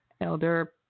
Elder